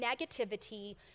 negativity